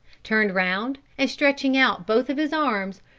turned round and stretching out both of his arms,